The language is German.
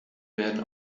werden